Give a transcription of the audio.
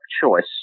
choice